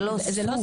זה לא סוג.